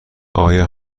آیا